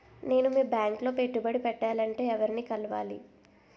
నేను మీ బ్యాంక్ లో పెట్టుబడి పెట్టాలంటే ఎవరిని కలవాలి?